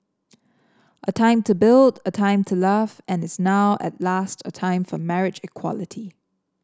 a time to build a time to love and is now at last a time for marriage equality